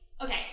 okay